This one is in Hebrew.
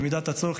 במידת הצורך,